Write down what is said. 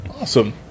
Awesome